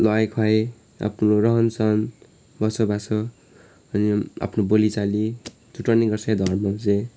लुवाइखुवाइ आफ्नो रहनसहन बसोबासो अनि आफ्नो बोलीचाली छुटाउने गर्छ यो धर्मले चाहिँ